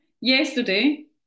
Yesterday